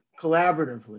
collaboratively